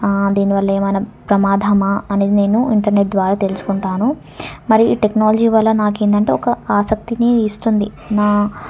దీనివల్ల ఏమైనా ప్రమాదమా అనేది నేను ఇంటర్నెట్ ద్వారా తెలుసుకుంటాను మరియు ఈ టెక్నాలజీ వల్ల నాకు ఏంటంటే ఒక ఆసక్తిని ఇస్తుంది నా